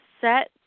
set